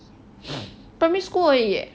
primary school 而已 eh